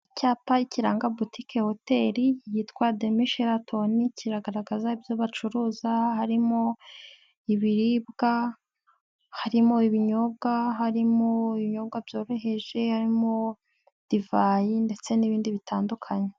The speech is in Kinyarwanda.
Icyapa kiranga butike Hoteli yitwa Demi - Sheraton kiragaragaza ibyo bacuruza, harimo ibiribwa harimo ibinyobwa, harimo ibinyobwa byoroheje, harimo divayi ndetse n'ibindi bitandukanye.